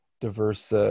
diverse